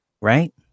right